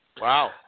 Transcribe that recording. Wow